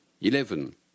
eleven